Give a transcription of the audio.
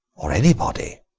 or anybody